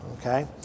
okay